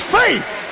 faith